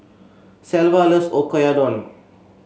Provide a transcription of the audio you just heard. Shelva loves Oyakodon